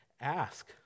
Ask